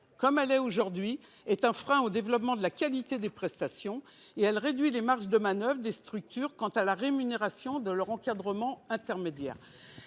qu’elle est actuellement conçue, freine le développement de la qualité des prestations et réduit les marges de manœuvre des structures quant à la rémunération de leur encadrement intermédiaire.